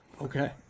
Okay